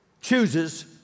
chooses